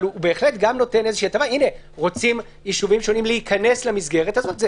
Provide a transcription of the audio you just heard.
אבל גם נותן הטבה רוצים ישובים שונים להיכנס למסגרת הזאת.